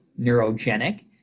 neurogenic